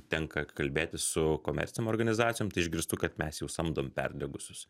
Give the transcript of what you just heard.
tenka kalbėtis su komercinėm organizacijom tai išgirstu kad mes jau samdom perdegusius